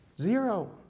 Zero